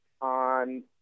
on